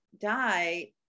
die